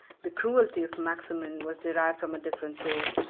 the cruelty of maximin was derived from a different source,